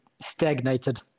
stagnated